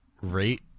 Rate